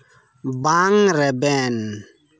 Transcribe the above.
ᱵᱟᱝ ᱨᱮᱵᱮᱱ